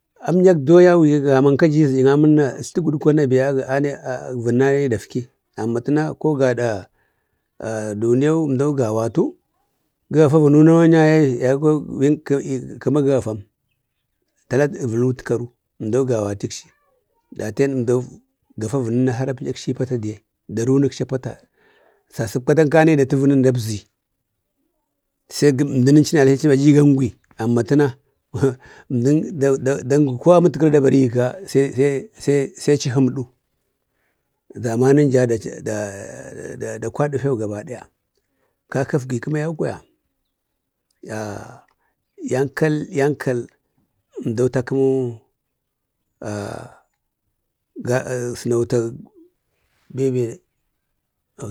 Amnyak duwa yau biya gamauka ji zəɗən gawatu gə gafa vənən anayi dakfi. Amma təna ko gaɗa dumiyau əmɗau gawatikchi. Dafen a'mdau gafa vəmənna har a pə'yəkchi i pata diye, da runəkchi a pata. Sasək patanka anayi dati vənənna dabzi. sai əmdəna galhichima aji gajgwi. Amma tə na əmdən dangwi ko amatka da barigika sai achi həmɗu. Zamane ja da da kwaɗi few gaba ɗaya. kakəgvi kəma yau kwaya, ya-yankal- yankal əmdau takəmu sənauta bewbw.